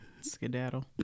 skedaddle